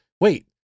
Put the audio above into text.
wait